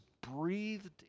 breathed